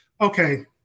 okay